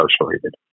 incarcerated